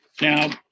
now